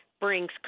brings